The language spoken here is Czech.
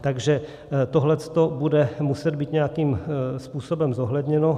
Takže tohleto bude muset být nějakým způsobem zohledněno.